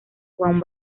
juan